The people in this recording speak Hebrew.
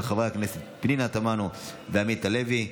של חברי הכנסת פנינה תמנו ועמית הלוי.